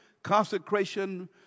consecration